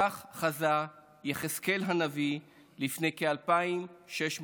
כך חזה יחזקאל הנביא לפני כ-2,600 שנה.